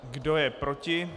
Kdo je proti?